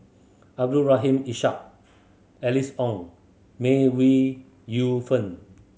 Abdul Rahim Ishak Alice Ong May We Yu Fen